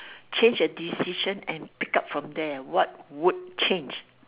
change a decision and pick up from there what would change